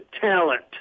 talent